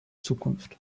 zukunft